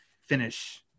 finish